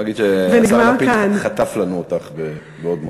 בואי נגיד שהשר לפיד חטף לנו אותך מבעוד מועד.